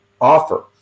offer